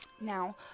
now